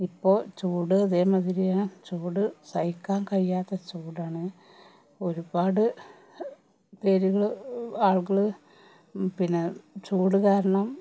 ഇപ്പോൾ ചൂട് അതേ മാതിരിയാണ് ചൂട് സഹിക്കാൻ കഴിയാത്ത ചൂടാണ് ഒരുപാട് പേരുകൾ ആളുകൾ പിന്നെ ചൂട് കാരണം